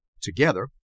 together